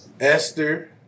Esther